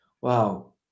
wow